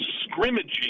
scrimmaging